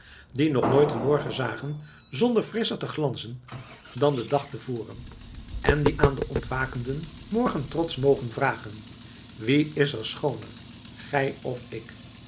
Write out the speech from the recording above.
die nog nooit een morgen zagen zonder frisscher te glanzen dan den dag te voren en die aan den ontwakenden morgen trots mogen vragen wie is schooner gij of ik